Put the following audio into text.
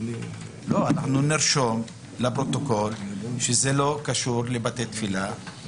אנחנו נרשום לפרוטוקול שזה לא קשור לבתי תפילה.